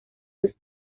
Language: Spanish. los